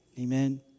Amen